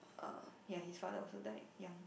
uh ya his father also died young